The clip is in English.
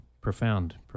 profound